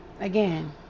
Again